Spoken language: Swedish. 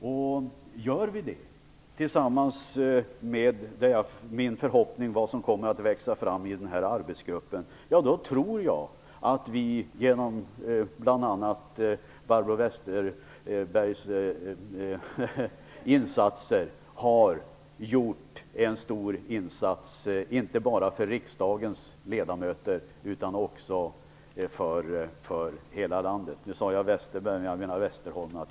Om vi tar det ansvaret, och om det som är min förhoppning växer fram i arbetsgruppen, tror jag att vi genom bl.a. Barbro Westerholms insatser har gjort en stor insats inte bara för riksdagens ledamöter utan också för hela landet.